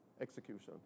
Execution